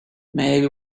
maybe